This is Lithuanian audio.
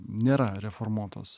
nėra reformuotos